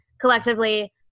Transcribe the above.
collectively